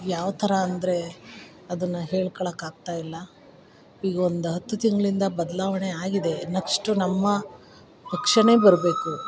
ಯಾವ್ತರ ಅಂದರೆ ಅದನ್ನು ಹೇಳ್ಕೊಳಕ್ ಆಗ್ತಾಯಿಲ್ಲ ಈಗ ಒಂದು ಹತ್ತು ತಿಂಗಳಿಂದ ಬದಲಾವಣೆ ಆಗಿದೆ ನಕ್ಸ್ಟು ನಮ್ಮ ಪಕ್ಷನೆ ಬರಬೇಕು